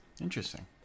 Interesting